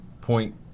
point